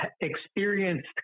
experienced